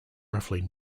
roughly